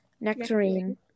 nectarine